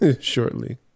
shortly